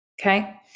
Okay